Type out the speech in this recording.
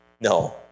No